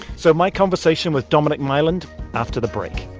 so my conversation with dominic myland after the break